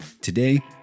Today